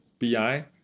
BI